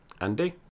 Andy